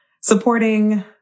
supporting